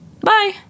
Bye